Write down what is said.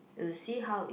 you'll see how